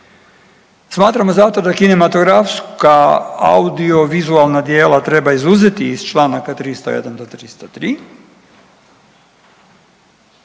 Smatramo zato da kinematografska audiovizualna djela treba izuzeti iz Članka 301. do 303.